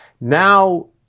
Now